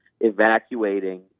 evacuating